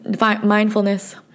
mindfulness